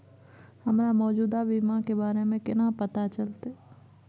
हमरा मौजूदा बीमा के बारे में केना पता चलते?